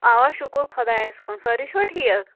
اَوا شُکُر خۄدایَس کُن سٲری چھِوا ٹھیٖک